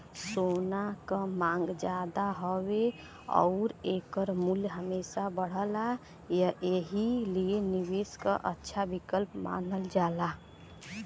सोना क मांग जादा हउवे आउर एकर मूल्य हमेशा बढ़ला एही लिए निवेश क अच्छा विकल्प मानल जाला